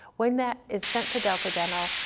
when that is sent to delta dental,